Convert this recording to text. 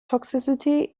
toxicity